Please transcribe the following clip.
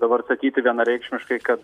dabar sakyti vienareikšmiškai kad